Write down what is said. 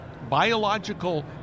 biological